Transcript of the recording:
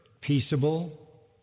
peaceable